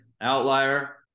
outlier